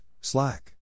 Slack